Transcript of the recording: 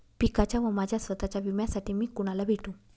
पिकाच्या व माझ्या स्वत:च्या विम्यासाठी मी कुणाला भेटू?